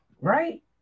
right